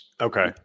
Okay